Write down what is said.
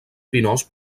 pinós